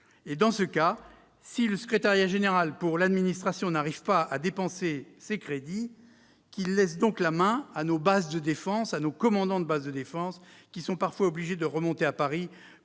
! Dans ce cas, si le Secrétariat général pour l'administration n'arrive pas à dépenser ces crédits, qu'il laisse donc la main aux commandants des bases de défense, qui sont parfois obligés de remonter à Paris